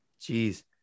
Jeez